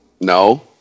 No